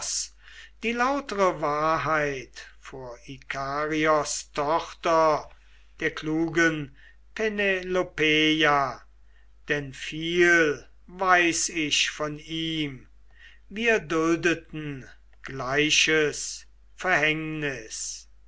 die lautere wahrheit vor ikarios tochter der klugen penelopeia denn viel weiß ich von ihm wir duldeten gleiches verhängnis